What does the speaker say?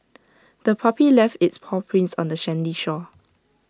the puppy left its paw prints on the sandy shore